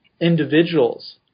individuals